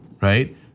Right